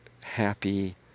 happy